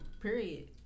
Period